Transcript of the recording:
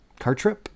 Cartrip